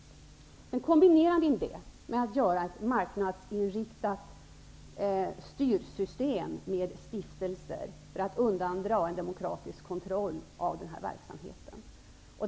Sedan kombinerar ni det med att göra ett marknadsinriktat styrsystem med stiftelser, för att undandra verksamheten från demokratisk kontroll.